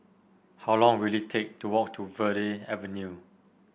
how long will it take to walk to Verde Avenue